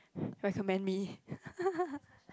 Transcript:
recommend me